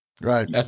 Right